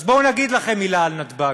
אז בואו נגיד לכם מילה על נתב"ג: